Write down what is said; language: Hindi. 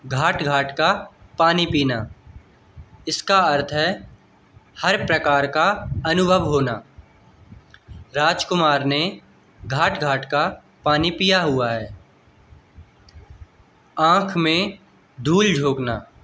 घाट घाट का पानी पीना इसका अर्थ है हर प्रकार का अनुभव होना राजकुमार ने घाट घाट का पानी पीया हुआ है आँख में धूल झोंकना